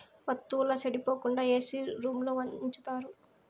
వత్తువుల సెడిపోకుండా ఏసీ రూంలో ఉంచుతారు